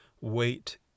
wait